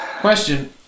Question